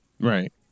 Right